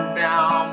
down